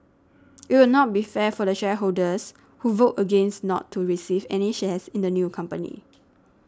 it will not be fair for the shareholders who vote against not to receive any shares in the new company